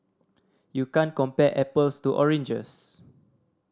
you can't compare apples to oranges